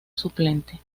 suplente